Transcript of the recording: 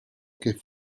que